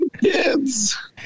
kids